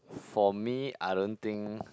for me I don't think